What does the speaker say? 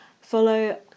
follow